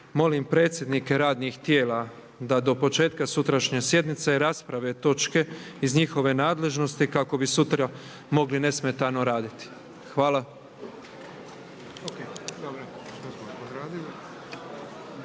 Molim predsjednike radnih tijela da do početka sutrašnje sjednice rasprave točke iz njihove nadležnosti kako bi sutra mogli nesmetano raditi. Hvala.